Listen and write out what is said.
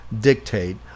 dictate